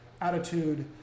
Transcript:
attitude